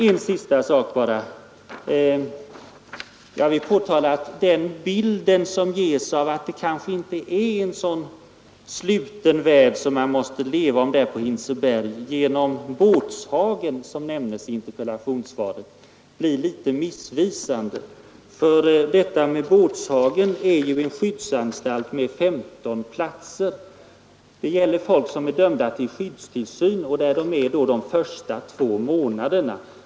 Till sist vill jag påtala att den bild som ges i interpellationssvaret — att man kanske inte lever i en helt sluten värld på Hinseberg tack vare Båtshagen — blir litet missvisande. Båtshagen är nämligen en skyddsanstalt med 15 platser. Den är avsedd för dem som är dömda till skyddstillsyn, och dessa får tillbringa de två första månaderna där.